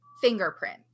fingerprint